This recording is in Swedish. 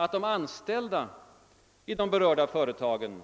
Att de anställda i de berörda företagen